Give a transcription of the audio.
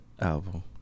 album